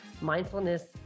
mindfulness